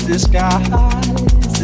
Disguise